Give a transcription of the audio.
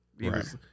Right